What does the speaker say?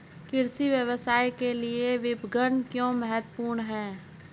कृषि व्यवसाय के लिए विपणन क्यों महत्वपूर्ण है?